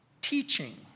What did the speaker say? teaching